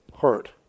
hurt